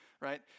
right